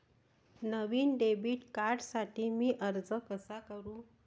नवीन debit कार्डसाठी मी अर्ज कसा करू?